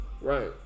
right